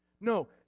no